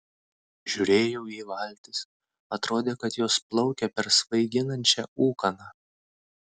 žiūrėjau į valtis atrodė kad jos plaukia per svaiginančią ūkaną